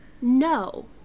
no